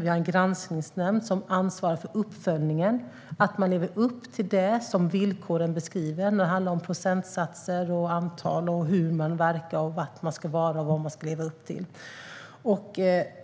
Vi har en granskningsnämnd som ansvarar för uppföljningen och ser till att man lever upp till det som villkoren beskriver när det handlar om procentsatser, antal, hur man verkar och var man ska vara.